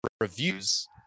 reviews